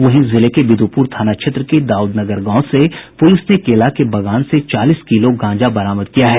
वहीं जिले के विदुपुर थाना क्षेत्र के दाउदनगर गांव से पुलिस ने केला के बगान से चालीस किलोग्राम गांजा बरामद किया है